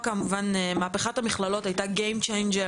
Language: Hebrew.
מהפכת המכללות שינתה את המשחק,